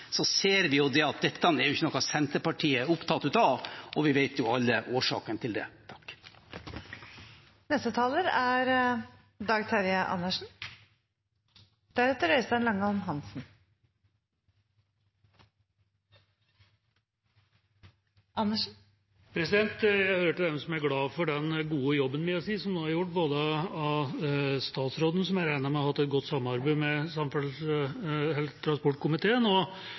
ser vi jo at dette er ikke noe Senterpartiet er opptatt av, og vi vet jo alle årsaken til det. Jeg hører til dem som er glad for den gode jobben, vil jeg si, som nå er gjort av både statsråden og transportkomiteen – som jeg regner med han har hatt et godt samarbeid med – og